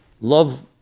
love